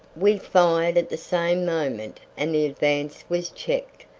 we fired at the same moment and the advance was checked,